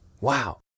Wow